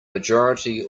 majority